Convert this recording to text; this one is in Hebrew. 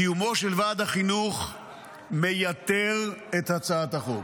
קיומו של ועד החינוך מייתר את הצעת החוק.